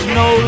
no